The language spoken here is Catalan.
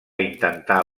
intentar